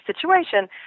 situation